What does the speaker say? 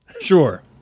Sure